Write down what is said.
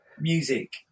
music